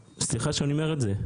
סליחה שאני אומר את זה,